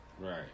Right